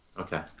Okay